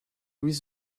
louis